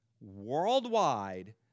worldwide